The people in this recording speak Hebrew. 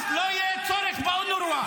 אז לא יהיה צורך באונר"א.